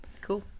Cool